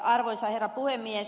arvoisa herra puhemies